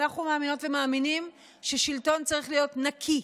אנחנו מאמינות ומאמינים ששלטון צריך להיות נקי,